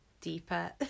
deeper